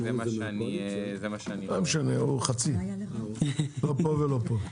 לא פה ולא פה.